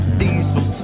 diesel